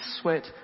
sweat